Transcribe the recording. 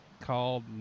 called